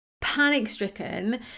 panic-stricken